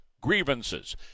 grievances